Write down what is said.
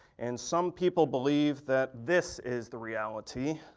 and some people believe that this is the reality.